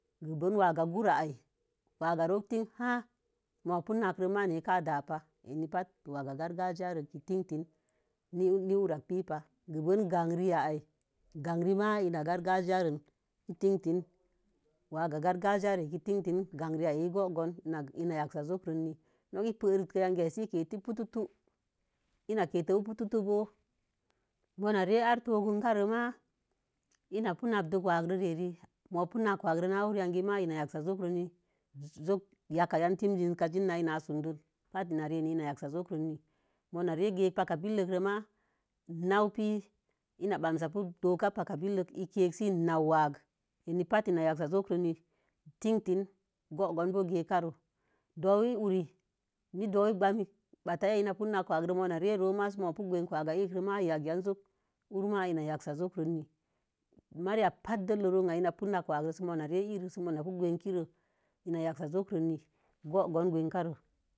Gi benii waga'a gura'a wagak rok tin har ma pu nakrə ma. Amekə ka ma da'aba eni pat waga'a kargagirerk kə patə tin tinii. Na harrə pi pa kə. Gi benin ga'ari ya ganri ma ina gargagiya rə nii e tin tin waga gargərə akə batə go̱o̱ kon nok ina yaksa jokonii. Perik yagiyari ina ketə mona reare mona re'atokunka renk ma. ina pu nak dik wage re'are mo̱ pu nak wa ge'a re'are na ure'e’ yagii yaksa jokə yaka'a sə a zii nan n ina'a surdun batə ina rəni ina yaksa jokoni mona re gegək paka billək ma. Na'u pi ina basəpu do̱'uka paka billək i ke kə sə i na'u wagi akən batə ina yasə zo̱o̱konii tin tin gogogon gekarə. Dowii ure nai dowii gbmiki ba'atar ya'a ina pu nakə wago̱o̱ wagə irk ma ina yaksə jokoni mariya ɓatə ɗəllən ro'aii ina pu nakə wakə sə ma pi gwekiro go̱o̱gon gekare.